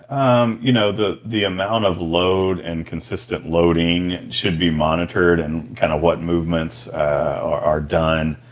um you know the the amount of load and consistent loading should be monitored and kind of what movements are done.